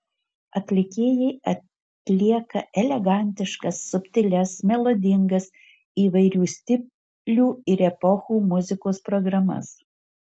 atlikėjai atlieka elegantiškas subtilias melodingas įvairių stilių ir epochų muzikos programas